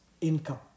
income